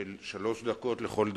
שלוש דקות לכל דובר.